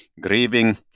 grieving